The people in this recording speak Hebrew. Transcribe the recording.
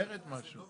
נכיר.